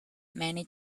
many